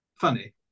funny